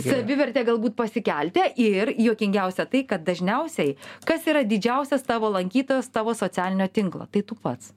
savivertę galbūt pasikelti ir juokingiausia tai kad dažniausiai kas yra didžiausias tavo lankytojas tavo socialinio tinklo tai tu pats